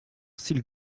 style